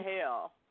hell